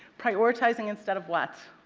prioritizing instead of what?